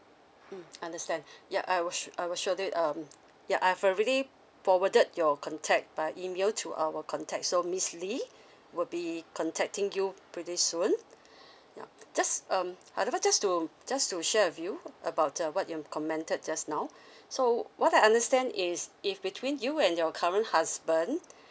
mm understand yup I will s~ I will surely um ya I have already forwarded your contact by email to our contact so miss lee will be contacting you pretty soon just um however just to just to share with you about uh what you commented just now so what I understand is if between you and your current husband